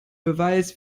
beweis